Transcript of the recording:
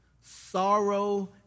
sorrow